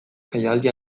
jaialdi